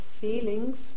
feelings